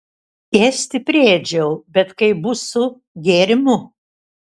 ėsti priėdžiau bet kaip bus su gėrimu